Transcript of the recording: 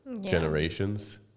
generations